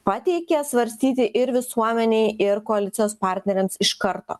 pateikė svarstyti ir visuomenei ir koalicijos partneriams iš karto